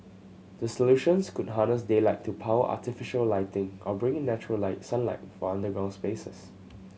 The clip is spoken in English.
the solutions could harness daylight to power artificial lighting or bring in natural sunlight for underground spaces